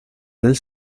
del